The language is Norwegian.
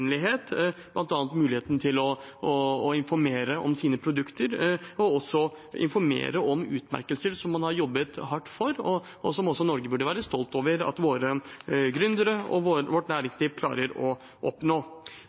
muligheten til å informere om produkter og utmerkelser man har jobbet hardt for, og som også Norge burde være stolt over at våre gründere og vårt næringsliv klarer å oppnå.